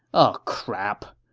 ah crap!